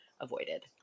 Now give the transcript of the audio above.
avoided